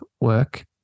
work